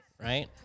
right